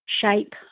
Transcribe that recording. shape